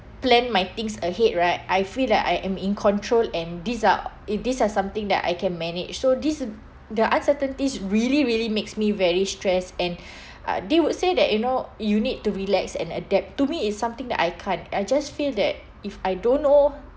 plan my things ahead right I feel that I am in control and these are if these are something that I can manage so this the uncertainties really really makes me very stress and uh they would say that you know you need to relax and adapt to me is something that I can't I just feel that if I don't know